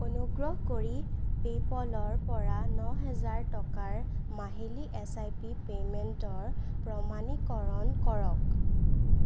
অনুগ্ৰহ কৰি পে'পলৰপৰা ন হাজাৰ টকাৰ মাহিলী এছ আই পি পে'মেণ্টৰ প্ৰমাণীকৰণ কৰক